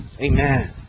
Amen